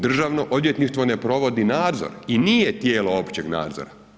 Državno odvjetništvo ne provodi nadzor i nije tijelo općeg nadzora.